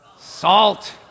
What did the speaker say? Salt